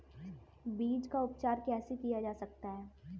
बीज का उपचार कैसे किया जा सकता है?